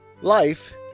Life